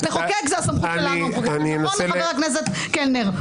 לחוקק זה הסמכות שלנו, נכון, חבר הכנסת קלנר?